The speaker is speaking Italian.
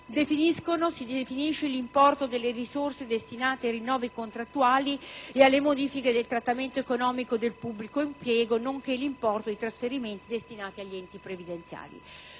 definisce l'importo delle risorse destinate ai rinnovi contrattuali e alle modifiche del trattamento economico del pubblico impiego, nonché l'importo dei trasferimenti destinati agli enti previdenziali.